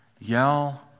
yell